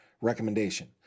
recommendation